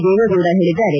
ದೇವೇಗೌಡ ಹೇಳಿದ್ದಾರೆ